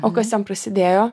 o kas ten prasidėjo